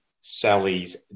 Sally's